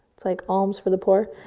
it's like, alms for the poor.